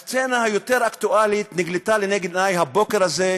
הסצנה היותר-אקטואלית נגלתה לנגד עיני הבוקר הזה,